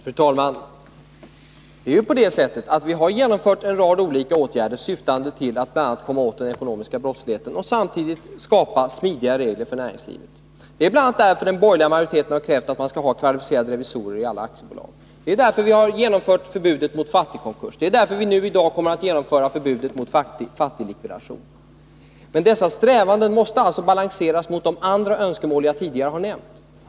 Fru talman! Det är ju på det sättet att vi har genomfört en rad olika åtgärder i syfte att bl.a. komma åt den ekonomiska brottsligheten och samtidigt kunna skapa smidiga regler för näringslivet. Det är bl.a. därför som den borgerliga majoriteten har krävt att det skall finnas auktoriserade revisorer i alla aktiebolag. Det är därför vi har genomfört förbudet mot fattigkonkurs. Det är därför vi i dag kommer att genomföra förbudet mot fattiglikvidation. Men dessa strävanden måste balanseras mot de andra önskemål som jag tidigare har nämnt.